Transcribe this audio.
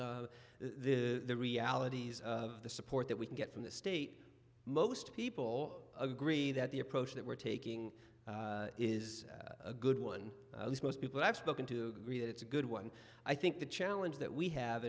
the realities of the support that we can get from the state most people agree that the approach that we're taking is a good one at least most people i've spoken to that it's a good one i think the challenge that we have